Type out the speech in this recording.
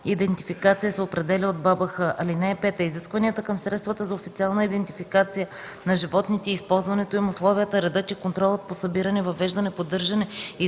идентификация, се определя от БАБХ. (5) Изискванията към средствата за официална идентификация на животните и използването им, условията, редът и контролът по събиране, въвеждане, поддържане и използване